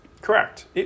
correct